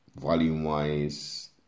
Volume-wise